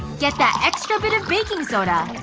get that extra bit of baking soda.